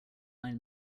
nine